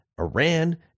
Iran